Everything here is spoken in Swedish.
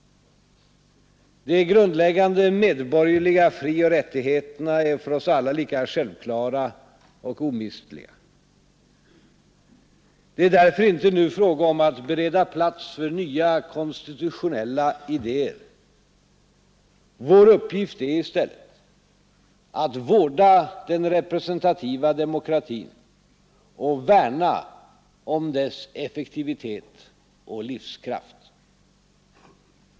De grundläggande medborgerliga frioch rättigheterna är för oss alla lika självklara och omistliga. Det är därför inte nu fråga om att bereda plats för nya konstitutionella idéer. Vår uppgift är i stället att vårda den representativa demokratin och att värna om dess effektivitet och livskraft.